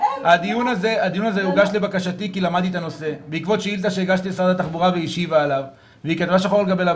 לאנשים האלה, גם באמנת גביזון-מידן, ניתן פתרון